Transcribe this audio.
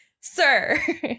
sir